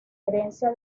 herencia